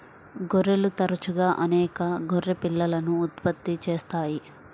గొర్రెలు తరచుగా అనేక గొర్రె పిల్లలను ఉత్పత్తి చేస్తాయి